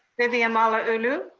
vivian malauulu.